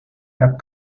had